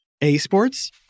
A-sports